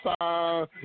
time